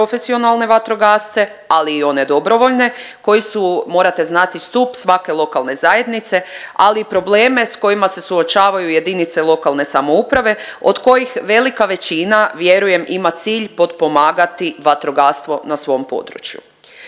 profesionalne vatrogasce ali i one dobrovoljne koji su morate znati stup svake lokalne zajednice ali i probleme s kojima se suočavaju i jedinice lokalne samouprave od kojih velika većina vjerujem ima cilj potpomagati vatrogastvo na svom području.